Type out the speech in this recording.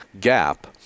gap